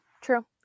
true